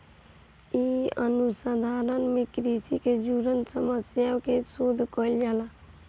इ अनुसंधान में कृषि से जुड़ल समस्या पे शोध कईल जाला